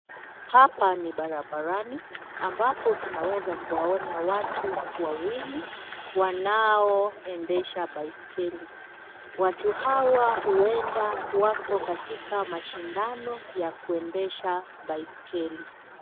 Hapa ni barabarani ambapo tunaweza kuwaona watu wawili wanaoendesha baiskeli. Watu hawa huenda wako katika mashindano ya kuendesha baiskeli.